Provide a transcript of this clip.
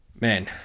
man